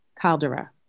Caldera